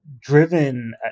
Driven